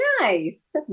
Nice